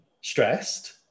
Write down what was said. stressed